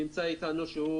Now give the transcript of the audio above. שנמצא איתנו,